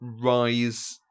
rise